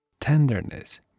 tenderness